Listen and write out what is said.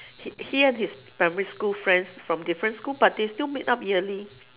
he and his primary school friends from different school but they still meet up yearly